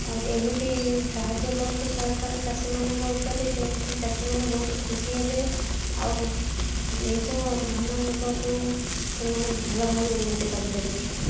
ଆଉ ଏମିତି ସାହାଯ୍ୟ କରନ୍ତୁ ସରକାର ଚାଷୀମାନଙ୍କ ଉପରେ ସେମିତି ଚାଷୀମାନେ ବହୁତ ଖୁସି ହେବେ ଆଉ ନିଜ ଧାନ ମୁଗକୁ ସେମାନେ ଭଲଭାବେ ଉନ୍ନତି କରିପାରିବେ